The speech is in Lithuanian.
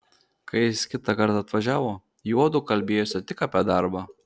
kai jis kitą kartą atvažiavo juodu kalbėjosi tik apie darbą